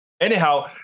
Anyhow